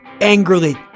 angrily